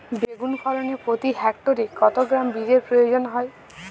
বেগুন ফলনে প্রতি হেক্টরে কত গ্রাম বীজের প্রয়োজন হয়?